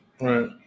Right